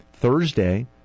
Thursday